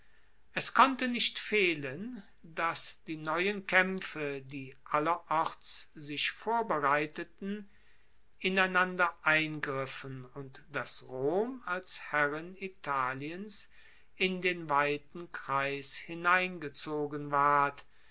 es konnte nicht fehlen dass die neuen kaempfe die allerorts sich vorbereiteten ineinander eingriffen und dass rom als herrin italiens in den weiten kreis hineingezogen ward